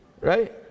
right